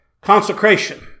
consecration